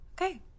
Okay